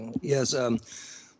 Yes